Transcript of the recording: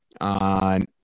on